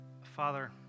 Father